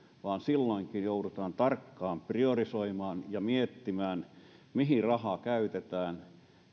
vaan silloinkin joudutaan tarkkaan priorisoimaan ja miettimään mihin rahaa käytetään